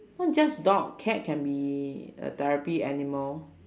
not just dog cat can be a therapy animal